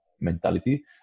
mentality